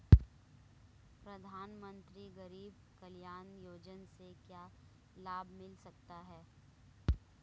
प्रधानमंत्री गरीब कल्याण योजना से क्या लाभ मिल सकता है?